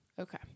Okay